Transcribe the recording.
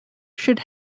should